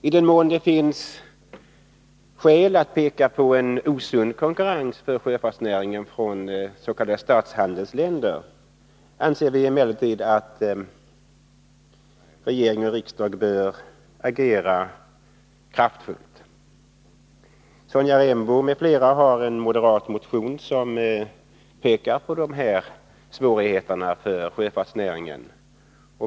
I den mån det finns skäl att peka på en osund konkurrens inom sjöfartsnäringen från t.ex. statshandelsländer anser vi emellertid att regering och riksdag bör agera kraftfullt. Sonja Rembo m.fl. har väckt en motion från moderat håll, som framhåller dessa svårigheter för sjöfartsnäringen.